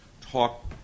talk